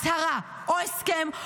הצהרה או הסכם,